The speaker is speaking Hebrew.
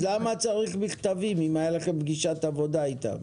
למה צריך מכתבים אם היתה לכם פגישת עבודה איתם?